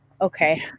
okay